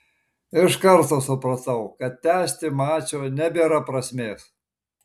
iš karto supratau kad tęsti mačo nebėra prasmės